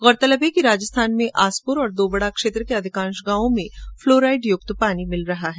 गौरतलब है कि राजस्थान में आसपुर और दोवडा क्षेत्र के अधिकांश गांवों में फ्लोराईड युक्त पानी मिल रहा है